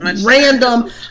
random